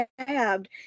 stabbed